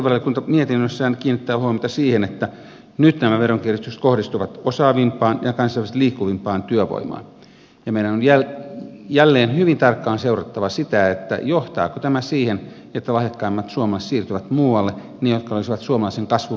valtiovarainvaliokunta mietinnössään kiinnittää huomiota siihen että nyt nämä veronkiristykset kohdistuvat osaavimpaan ja kansainvälisesti liikkuvimpaan työvoimaan ja meidän on jälleen hyvin tarkkaan seurattava sitä johtaako tämä siihen että lahjakkaimmat suomalaiset siirtyvät muualle ne jotka olisivat suomalaisen kasvun moottoreita